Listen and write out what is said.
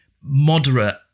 moderate